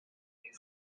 değil